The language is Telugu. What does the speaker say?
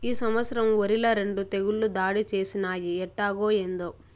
ఈ సంవత్సరం ఒరిల రెండు తెగుళ్ళు దాడి చేసినయ్యి ఎట్టాగో, ఏందో